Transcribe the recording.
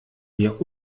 mir